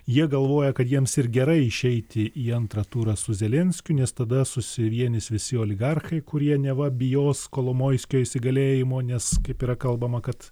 jie galvoja kad jiems ir gerai išeiti į antrą turą su zelenskiu nes tada susivienys visi oligarchai kurie neva bijos kolomoiskio įsigalėjimo nes kaip yra kalbama kad